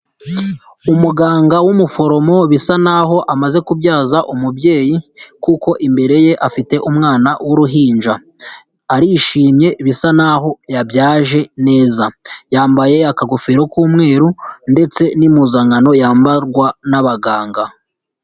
Umuganga w'umuforomo, bisa naho amaze kubyaza umubyeyi kuko imbere ye afite umwana w'uruhinja, arishimye bisa naho yabyaje neza; yambaye akagofero k'umweru ndetse n'impuzankano yambarwa n'abaganga.